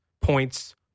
points